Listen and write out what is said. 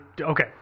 Okay